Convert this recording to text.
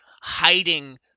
hiding